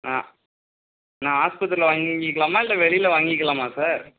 ஆ நான் ஆஸ்பத்திரியில் வாங்கிக்கலாமா இல்லை வெளியில் வாங்கிக்கலாமா சார்